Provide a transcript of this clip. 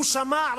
הוא שמע,